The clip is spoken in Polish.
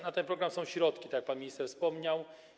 Na ten program są środki, tak jak pan minister wspomniał.